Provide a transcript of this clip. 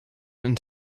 and